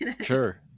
Sure